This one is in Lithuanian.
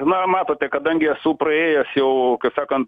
na matote kadangi esu praėjęs jau kaip sakant